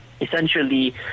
essentially